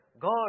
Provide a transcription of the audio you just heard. God